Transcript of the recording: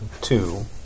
two